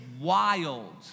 wild